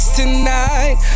tonight